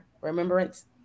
remembrance